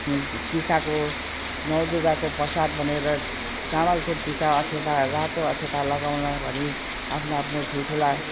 टिकाको नौ दुर्गाको प्रसाद भनेर चामलको टिका अछेता रातो अछेता लगाउन भनी आफ्नो आफ्नो ठुल्ठुला